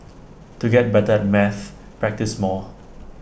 to get better at maths practise more